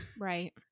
Right